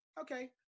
Okay